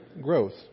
growth